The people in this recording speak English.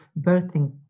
birthing